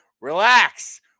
Relax